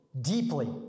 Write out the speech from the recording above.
deeply